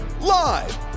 live